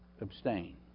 abstain